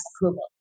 approval